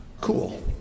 cool